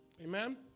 Amen